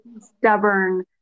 stubborn